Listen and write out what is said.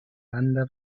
banda